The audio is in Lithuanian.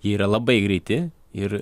jie yra labai greiti ir